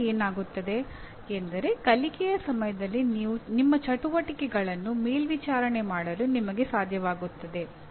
ಮುಂದೆ ಏನಾಗುತ್ತದೆ ಎಂದರೆ ಕಲಿಕೆಯ ಸಮಯದಲ್ಲಿ ನಿಮ್ಮ ಚಟುವಟಿಕೆಗಳನ್ನು ಮೇಲ್ವಿಚಾರಣೆ ಮಾಡಲು ನಿಮಗೆ ಸಾಧ್ಯವಾಗುತ್ತದೆ